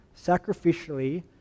sacrificially